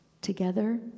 together